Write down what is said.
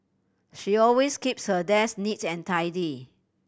she always keeps her desk neat and tidy